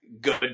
good